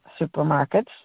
supermarkets